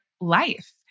life